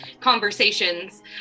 conversations